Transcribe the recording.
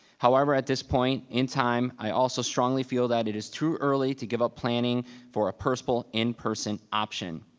however, at this point in time, i also strongly feel that it is too early to give up planning for a personal in-person option.